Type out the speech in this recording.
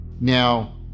Now